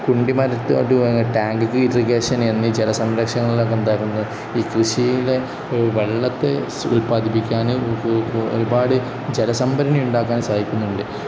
കുണ്ടിമരത്ത് അത് tank irrigation എന്നീ ജലസംരക്ഷണങ്ങങ്ങളിലൊക്കെ എന്താക്കുന്നുണ്ട് ഈ കൃഷിയിലെ വെള്ളത്തെ ഉല്പാദിപ്പിക്കാൻ ഒരുപാട് ജലസംഭരണി ഉണ്ടാക്കാൻ സഹായിക്കുന്നുണ്ട്